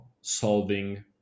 solving